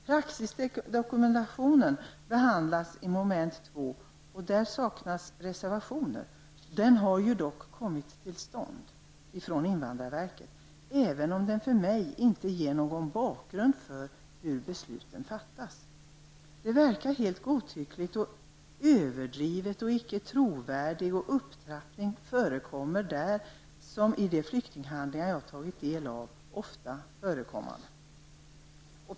Praxisdokumentationen behandlas i mom. 2, och där saknas reservationer. Den har ju kommit till stånd från invandrarverket, även om den för mig inte ger någon bakgrund till hur besluten fattas. Det verkar helt godtyckligt och ''överdrivet'' och ''icke trovärdigt'' upptrappning förekommer där precis som i de flyktinghandlingar jag har tagit del av.